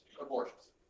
Abortions